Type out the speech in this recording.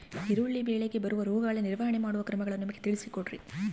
ಈರುಳ್ಳಿ ಬೆಳೆಗೆ ಬರುವ ರೋಗಗಳ ನಿರ್ವಹಣೆ ಮಾಡುವ ಕ್ರಮಗಳನ್ನು ನಮಗೆ ತಿಳಿಸಿ ಕೊಡ್ರಿ?